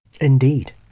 indeed